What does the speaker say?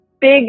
big